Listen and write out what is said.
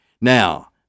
Now